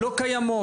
לא קיימות?